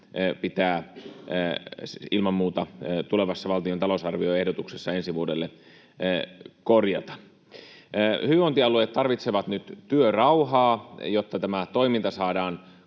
pitää ilman muuta tulevassa valtion talousarvioehdotuksessa ensi vuodelle korjata. Hyvinvointialueet tarvitsevat nyt työrauhaa, jotta tämä toiminta saadaan